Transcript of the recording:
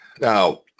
Now